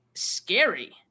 scary